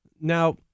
Now